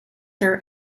her